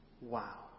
Wow